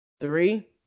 three